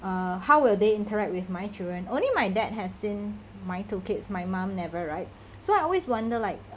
uh how will they interact with my children only my dad has seen my two kids my mum never right so I always wonder like